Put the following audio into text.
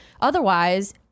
otherwise